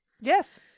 Yes